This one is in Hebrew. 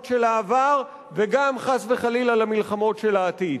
של העבר וגם חס וחלילה למלחמות של העתיד.